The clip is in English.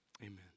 Amen